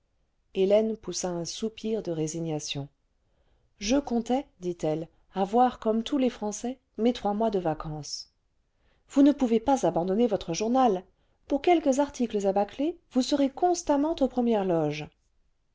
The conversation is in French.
hélène poussa un soupir de résignation je comptais dit-elle avoir comme tous les français mes trois mois de vacances vous ne pouvez pas abandonner votre journal pour quelques articles à bâcler vous serez constamment aux premières loges